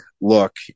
look